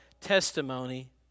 testimony